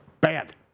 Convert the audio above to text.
Bad